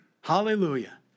Hallelujah